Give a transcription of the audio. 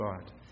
God